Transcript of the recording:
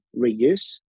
reuse